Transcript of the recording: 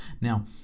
Now